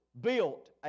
built